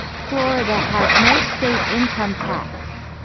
florida has no state income tax.